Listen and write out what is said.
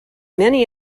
many